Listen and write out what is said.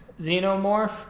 Xenomorph